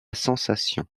sensation